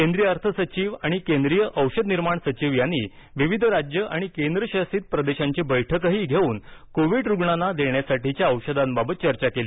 केंद्रीय अर्थ सचिव आणि केंद्रीय औषधनिर्माण सचिव यांनी विविध राज्य आणि केंद्रशासित प्रदेशांची बैठकही घेऊन कोविड रुग्णांना देण्यासाठीच्या औषधाबाबत चर्चा केली